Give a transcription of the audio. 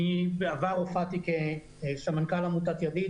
בעבר הופעתי כסמנכ"ל עמותת ידיד,